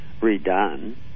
redone